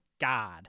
God